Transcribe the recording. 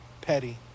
Petty